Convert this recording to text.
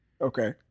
Okay